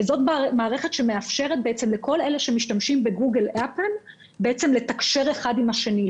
שזאת מערכת שמאפשרת לכל אלה שמשתמשים בגוגל אפל לתקשר אחד עם השני,